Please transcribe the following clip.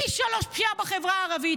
פי שלושה פשיעה בחברה הערבית,